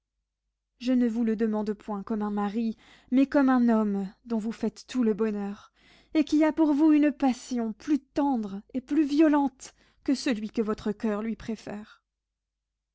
je ne vous le demande point comme un mari mais comme un homme dont vous faites tout le bonheur et qui a pour vous une passion plus tendre et plus violente que celui que votre coeur lui préfère